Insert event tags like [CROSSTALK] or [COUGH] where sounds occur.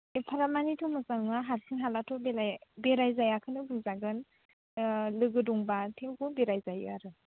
[UNINTELLIGIBLE] मोजां नों हारसिं हालाथ' बेराय बेराय जायाखौनो बुंजागोन लोगो दंबा थेवबो बेराय जायो आरो